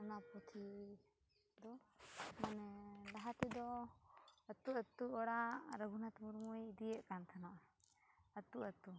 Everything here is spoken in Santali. ᱚᱱᱟ ᱯᱩᱛᱷᱤ ᱫᱚ ᱢᱟᱱᱮ ᱞᱟᱦᱟᱛᱮᱫᱚ ᱟᱹᱛᱩ ᱟᱹᱛᱩ ᱚᱲᱟᱜ ᱨᱚᱜᱷᱩᱱᱟᱛᱷ ᱢᱩᱨᱢᱩᱭ ᱤᱫᱤᱭᱮᱫ ᱠᱟᱱ ᱛᱮᱦᱮᱱᱚᱜᱼᱟ ᱟᱹᱛᱩ ᱟᱹᱛᱩ